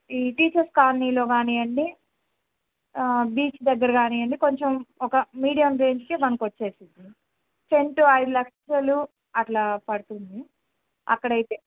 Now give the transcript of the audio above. ఈ టీచర్స్ కాలనీలో కానీయ్యండి బీచ్ దగ్గర కానీయ్యండి కొంచెం ఒక మీడియం రేంజ్ మనకు వచ్చేసిద్ది సెంటు ఐదు లక్షలు అట్లా పడుతుంది అక్కడ అయితే